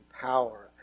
power